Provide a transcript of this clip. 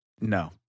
no